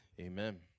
Amen